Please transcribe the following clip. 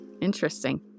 Interesting